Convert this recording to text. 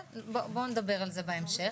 כן, בואו נדבר על זה בהמשך.